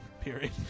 period